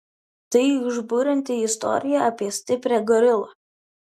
tai užburianti istorija apie stiprią gorilą